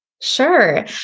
Sure